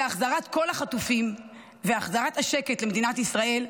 זה החזרת כל החטופים והחזרת השקט למדינת ישראל,